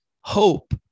hope